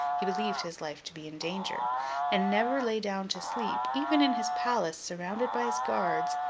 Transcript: he believed his life to be in danger and never lay down to sleep, even in his palace surrounded by his guards,